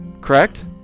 correct